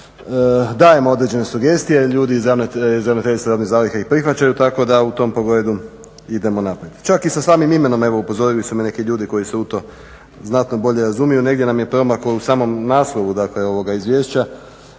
dajemo određene sugestije. Ljudi iz Ravnateljstva robnih zaliha ih prihvaćaju, tako da u tom pogledu idemo naprijed. Čak i sa samim imenom evo upozorili su me neki ljudi koji se u to znatno bolje razumiju. Negdje nam je promaklo u samom naslovu, dakle ovoga Izvješća